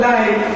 Life